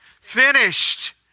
Finished